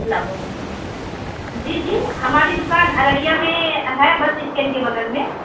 السلام علیکم جی جی ہماری دکان ارریا میں ہے بس اسٹینڈ کے بگل میں